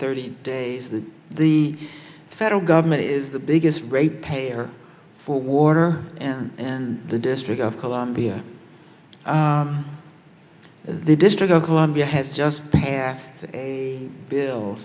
thirty days that the federal government is the biggest ratepayer for water and the district of columbia the district of columbia has just passed a bill